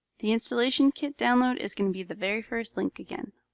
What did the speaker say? the installation kit download is going to be the very first link again.